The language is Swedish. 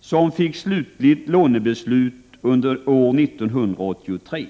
som fick slutligt lånebeslut under år 1983.